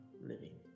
living